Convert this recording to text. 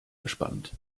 gespannt